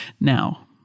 Now